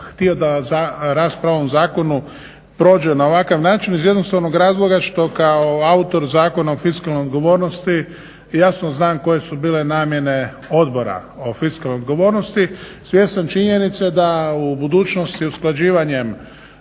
htio da rasprava o ovom zakonu prođe na ovakav način iz jednostavnog razloga što kao autor Zakona o fiskalnoj odgovornosti jasno znam koje su bile namjene Odbora o fiskalnoj odgovornosti, svjestan činjenice da u budućnosti usklađivanjem